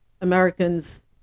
Americans